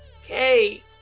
Okay